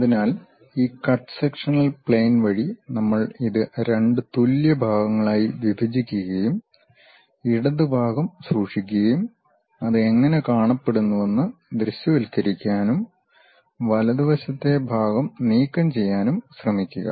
അതിനാൽ ഈ cut sectional plane വഴി നമ്മൾ ഇത് രണ്ട് തുല്യ ഭാഗങ്ങളായി വിഭജിക്കുകയും ഇടത് ഭാഗം സൂക്ഷിക്കുകയും അത് എങ്ങനെ കാണപ്പെടുന്നുവെന്ന് ദൃശ്യവൽക്കരിക്കാനും വലതുവശത്തെ ഭാഗം നീക്കംചെയ്യാനും ശ്രമിക്കുക